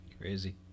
Crazy